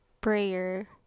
prayer